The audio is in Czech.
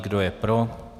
Kdo je pro?